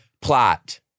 plot